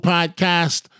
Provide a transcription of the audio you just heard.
Podcast